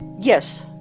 yes.